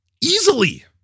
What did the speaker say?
easily